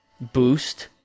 boost